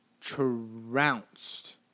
trounced